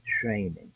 training